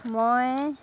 মই